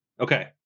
Okay